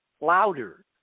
louder